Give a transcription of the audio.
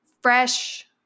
fresh